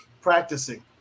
practicing